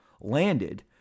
landed